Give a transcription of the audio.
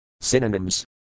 Synonyms